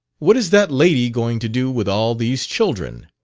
what is that lady going to do with all these children?